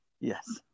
Yes